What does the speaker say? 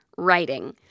writing